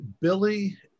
Billy